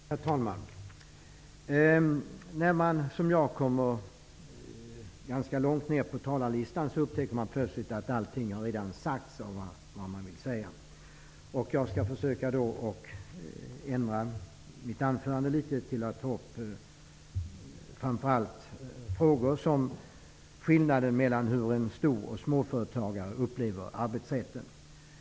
Herr talman! När man som jag kommer ganska långt ner på talarlistan, upptäcker man plötsligt att det man ville säga redan har sagts. Jag skall ta upp framför allt skillnaden mellan hur stora och små företag upplever arbetsrätten.